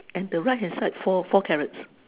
and the right hand side four four carrots